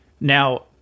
Now